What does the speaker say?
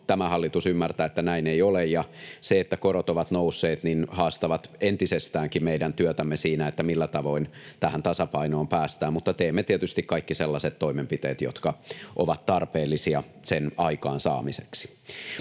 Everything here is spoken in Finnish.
tämä hallitus ymmärtää, että näin ei ole, ja se, että korot ovat nousseet, haastaa entisestäänkin meidän työtämme siinä, millä tavoin tähän tasapainoon päästään. Mutta teemme tietysti kaikki sellaiset toimenpiteet, jotka ovat tarpeellisia sen aikaansaamiseksi.